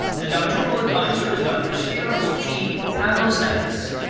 the doctoral advisor is dr. spyros g. pavlostathis.